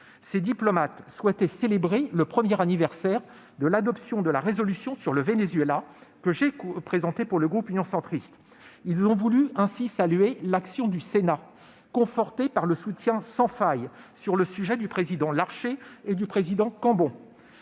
Ces diplomates souhaitaient célébrer le premier anniversaire de l'adoption de la résolution sur le Venezuela, que j'avais présentée pour le groupe Union Centriste. Ils voulaient ainsi saluer l'action du Sénat, conforté, sur ce sujet, par le soutien sans faille du président Larcher et du président Cambon.